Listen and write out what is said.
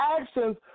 actions